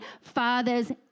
fathers